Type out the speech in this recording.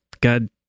God